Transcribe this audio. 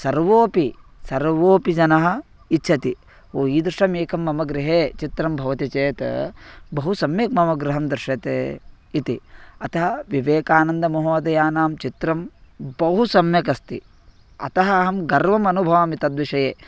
सर्वेपि सर्वेपि जनाः इच्छन्ति ओ ईदृशम् एकं मम गृहे चित्रं भवति चेत् बहु सम्यक् मम गृहं दृश्यते इति अतः विवेकानन्दमहोदयानां चित्रं बहु सम्यकस्ति अतः अहं गर्वमनुभवामि तद्विषये